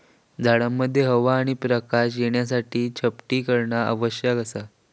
झाडांमध्ये हवा आणि प्रकाश येवसाठी छाटणी करणा आवश्यक असा